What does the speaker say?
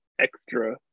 extra